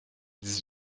dix